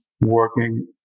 working